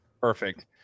Perfect